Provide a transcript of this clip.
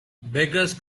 beggars